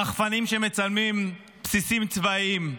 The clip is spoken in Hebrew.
רחפנים שמצלמים בסיסים צבאיים,